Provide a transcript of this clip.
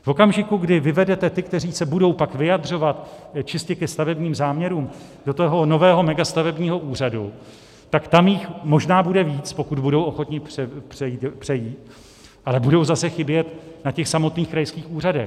V okamžiku, kdy vyvedete ty, kteří se budou pak vyjadřovat čistě ke stavebním záměrům, do toho nového mega stavebního úřadu, tak tam jich možná bude víc, pokud budou ochotni přejít, ale budou zase chybět na těch samotných krajských úřadech.